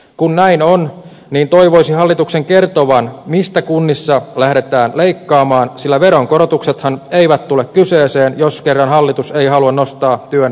kun näin on niin toivoisi hallituksen kertovan mistä kunnissa lähdetään leikkaamaan sillä veronkorotuksethan eivät tule kyseeseen jos kerran hallitus ei halua nostaa työn verotusta